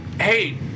hey